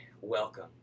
Welcome